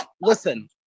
listen